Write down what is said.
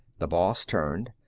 the boss turned.